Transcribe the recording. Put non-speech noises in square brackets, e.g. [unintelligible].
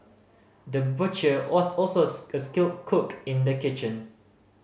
the butcher was also [unintelligible] a skilled cook in the kitchen